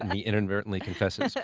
he inadvertently confesses. yeah